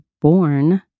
born